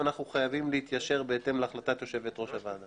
ואנו חייבים להתיישר בהתאם להחלטת יושבת-ראש הוועדה.